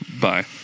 Bye